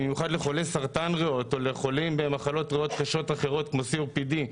במיוחד לחולי סרטן ריאות או לחולים במחלות ריאות קשות אחרות כמו COPD,